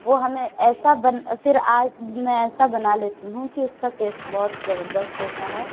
وہ ہمیں ایسا بن پھر آج میں ایسا بنا لیتی ہوں کہ اُس کا ٹیسٹ بہت زبردست ہوتا ہے